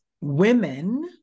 women